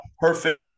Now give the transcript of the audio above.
perfect